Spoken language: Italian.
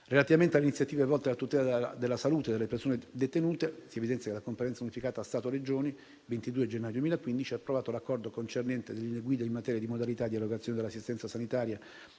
Relativamente alle iniziative volte alla tutela della salute delle persone detenute, si evidenzia che la Conferenza unificata Stato-Regioni, in data 22 gennaio 2015, ha approvato l'accordo concernente le linee guida in materia di modalità di erogazione dell'assistenza sanitaria